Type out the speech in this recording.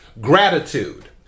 Gratitude